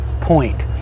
point